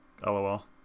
lol